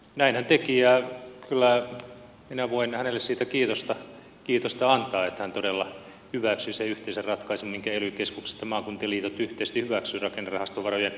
näin hän teki ja kyllä minä voin hänelle siitä kiitosta antaa että hän todella hyväksyi sen yhteisen ratkaisun minkä ely keskukset ja maakuntien liitot yhteisesti hyväksyivät rakennerahastovarojen jaoksi